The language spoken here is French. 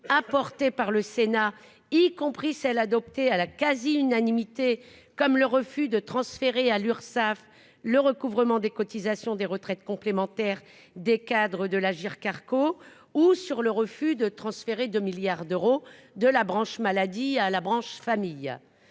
apportées par le Sénat, y compris celle adoptée à la quasi-unanimité, comme le refus de transférer à l'Urssaf le recouvrement des cotisations des retraites complémentaires des cadres de l'Agirc-Arrco ou sur le refus de transférer 2 milliards d'euros de la branche maladie à la branche famille,